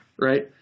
right